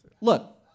look